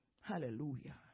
hallelujah